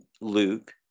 Luke